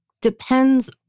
depends